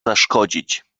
zaszkodzić